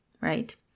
right